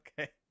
Okay